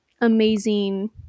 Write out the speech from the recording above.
amazing